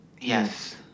Yes